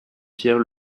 pierre